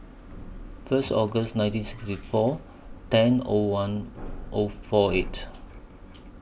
First August nineteen sixty four ten O one O four eight